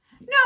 No